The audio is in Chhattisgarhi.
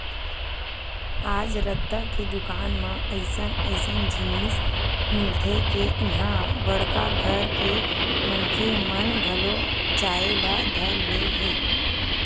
आज रद्दा के दुकान म अइसन अइसन जिनिस मिलथे के इहां बड़का घर के मनखे मन घलो जाए ल धर ले हे